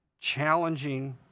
challenging